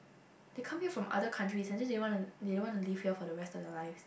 they come here from other countries and then they just wanna they wanna live here for the rest of their life